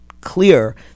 clear